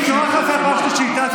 אני קורא אותך לסדר פעם שלישית.